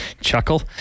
Chuckle